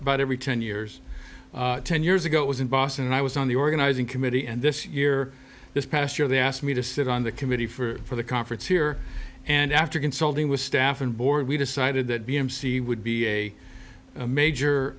about every ten years ten years ago it was in boston and i was on the organizing committee and this year this past year they asked me to sit on the committee for the conference here and after consulting with staff and board we decided that d m c would be a major